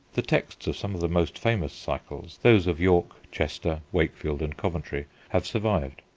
the texts of some of the most famous cycles, those of york, chester, wakefield, and coventry, have survived.